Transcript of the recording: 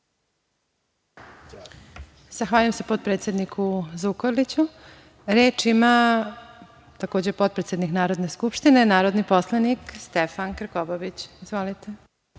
Zahvaljujem se potpredsedniku Zukorliću. Reč ima, takođe potpredsednik Narodne skupštine, narodni poslanik Stefan Krkobavić. Izvolite.